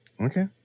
Okay